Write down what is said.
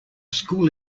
school